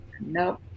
Nope